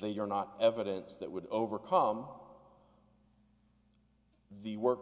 they are not evidence that would overcome the work